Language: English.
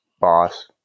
boss